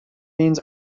means